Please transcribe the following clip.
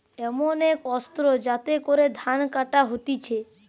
এমন এক অস্ত্র যাতে করে ধান কাটা হতিছে